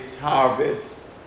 harvest